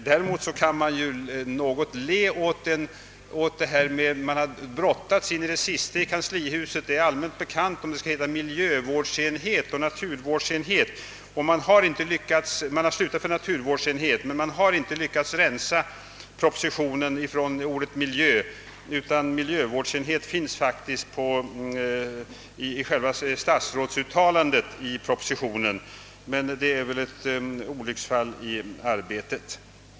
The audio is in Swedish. Däremot kan man något le åt att man in i det sista i Kanslihuset — det är allmänt bekant — har brottats med frågan huruvida det skall heta miljövårdsenhet eller naturvårdsenhet. Man har stannat för naturvårdsenhet men inte lyckats rensa propositionen från ordet miljö. Ordet miljövårdsenhet finns i statsrådsuttalandet i propositionen, men det är väl ett olycksfall i arbetet.